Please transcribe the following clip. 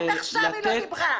עד עכשיו היא לא דיברה.